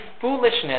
foolishness